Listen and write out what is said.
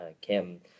Kim